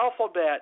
alphabet